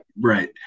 Right